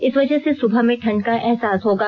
इस वजह से सुबह में ठंड का एहसास होगा